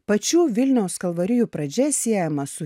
pačių vilniaus kalvarijų pradžia siejama su